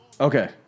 Okay